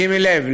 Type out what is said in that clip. שימי לב,